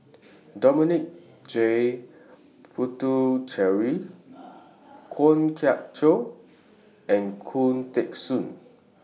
Dominic J Puthucheary Kwok Kian Chow and Khoo Teng Soon